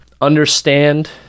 understand